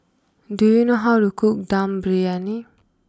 do you know how to cook Dum Briyani